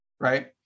right